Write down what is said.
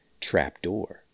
trapdoor